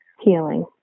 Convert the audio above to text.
healing